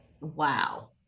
Wow